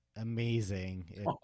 amazing